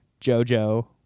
Jojo